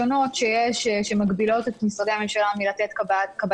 מדובר בהצעת חוק ששר המשפטים מציע לחוקק על רקע הקורונה,